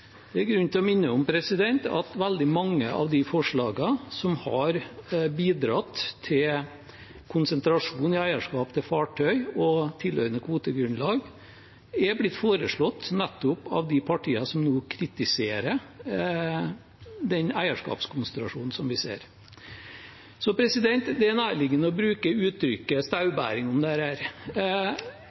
Det er grunn til å minne om at veldig mange av forslagene som har bidratt til konsentrasjon i eierskap til fartøy og tilhørende kvotegrunnlag, er blitt foreslått nettopp av de partiene som nå kritiserer den eierskapskonsentrasjonen vi ser. Det er nærliggende å bruke uttrykket «staurbæring» om dette. Det